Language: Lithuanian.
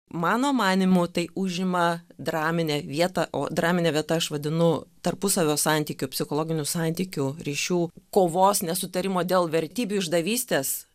mano manymu tai užima draminę vietą o dramine vieta aš vadinu tarpusavio santykių psichologinių santykių ryšių kovos nesutarimo dėl vertybių išdavystės